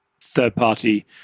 third-party